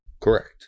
Correct